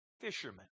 fishermen